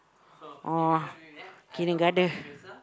or kindergarten